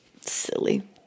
Silly